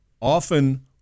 often